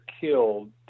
killed